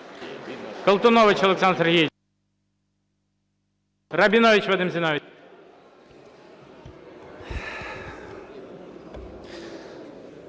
Колтунович Олександр Сергійович. Рабінович Вадим